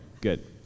good